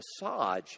massage